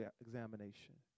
examination